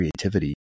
creativity